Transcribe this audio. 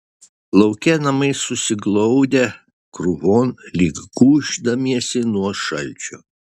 lauke namai susiglaudę krūvon lyg gūždamiesi nuo šalčio